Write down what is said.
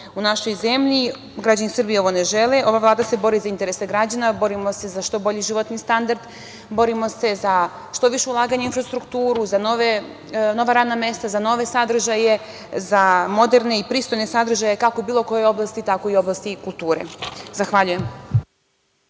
u našoj zemlji. Građani Srbije ovo ne žele. Ova Vlada se bori za interese građana, borimo se za što bolji životni standard, borimo se za što više ulaganja u infrastrukturu, za nova radna mesta, za nove sadržaje, za moderne i pristojne sadržaje kako u bilo kojoj oblasti, tako i u oblasti kulture. Zahvaljujem.